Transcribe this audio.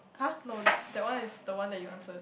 !huh! no that one is the one that you answered